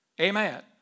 Amen